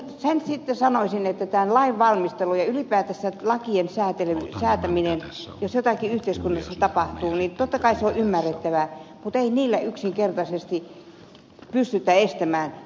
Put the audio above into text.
sen sanoisin tämän lain valmistelun ja ylipäätänsä lakien säätämisen kannalta että jos jotakin yhteiskunnassa tapahtuu totta kai on reaktio ymmärrettävä mutta ei laeilla yksinkertaisesti pystytä onnettomuuksia estämään